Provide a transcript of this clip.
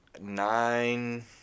Nine